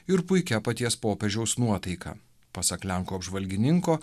ir puikia paties popiežiaus nuotaika pasak lenkų apžvalgininko